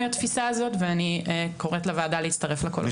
התפיסה הזאת ואני קוראת לוועדה להצטרף לקולות האלה.